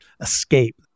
escape